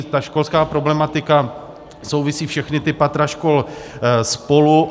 Ta školská problematika souvisí, všechna ta patra škol, spolu.